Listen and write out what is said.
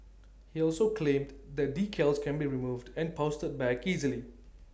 he also claimed the decals can be removed and pasted back easily